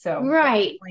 Right